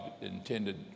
intended